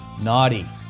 naughty